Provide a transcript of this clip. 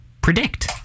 Predict